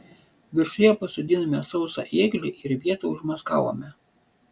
viršuje pasodinome sausą ėglį ir vietą užmaskavome